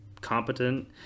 competent